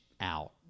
out